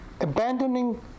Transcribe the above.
Abandoning